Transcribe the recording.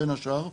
בין השאר,